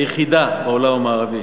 היחידה בעולם המערבי.